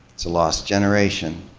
it's a lost generation.